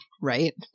Right